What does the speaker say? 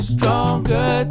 Stronger